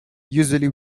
usually